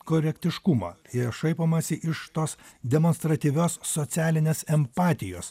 korektiškuma i šaipomasi iš tos demonstratyvios socialinės empatijos